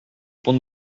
pont